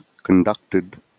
conducted